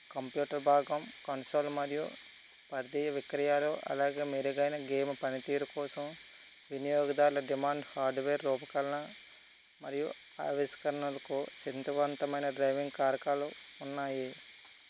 computer భాగం console మరియు ప్రతి విక్రయాలు అలాగే మెరుగైన గేమ్ పనితీరు కోసం వినియోగదారుల డిమాండ్ హార్డ్వేర్ రూపకల్పన మరియు ఆవిష్కరణలకు శక్తివంతమైన డ్రైవింగ్ కారకాలు ఉన్నాయి